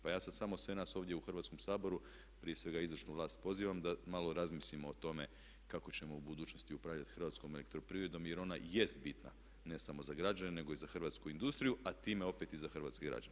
Pa ja sada samo sve nas ovdje u Hrvatskom saboru, prije svega izvršnu vlast pozivam da malo razmislimo o tome kako ćemo u budućnosti upravljati hrvatskom elektroprivredom jer ona jest bitna ne samo za građane nego i za hrvatsku industriju a time opet i za hrvatske građane.